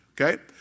okay